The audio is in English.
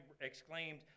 exclaimed